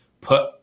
put